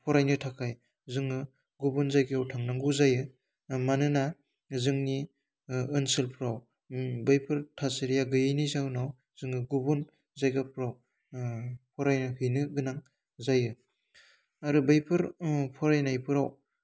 फरायनो थाखाय जोङो गुबुन जायगायाव थांनांगौ जायो मानोना जोंनि ओनसोलफ्राव बैफोर थासारिया गैयैनि जाउनाव जोङो गुबुन जायगाफोराव फरायहैनो गोनां जायो आरो बैफोर फरायनायफोराव